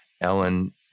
Ellen